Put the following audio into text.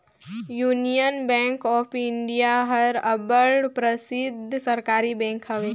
union bank of India हर अब्बड़ परसिद्ध सहकारी बेंक हवे